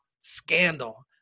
scandal